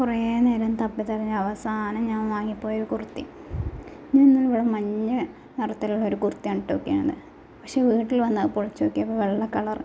കുറേ നേരം തപ്പി തിരഞ്ഞ് അവസാനം ഞാൻ വാങ്ങിപ്പോയൊരു കുർത്തി ഞാൻ ഇന്നലെ ഇവിടെ മഞ്ഞ നിറത്തിലുള്ളൊരു കുർത്തിയാണ് ഇട്ടുനോക്കിയാണ് പക്ഷേ വീട്ടിൽ വന്ന് പൊളിച്ച് നോക്കിയപ്പോൾ വെള്ള കളർ